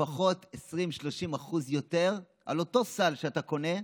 לפחות 20% 30% יותר, על אותו סל שאתה קונה,